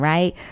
Right